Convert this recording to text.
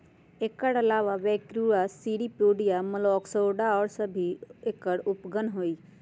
एकर अलावा Brachyura, Cirripedia, Malacostraca और सब भी एकर उपगण हई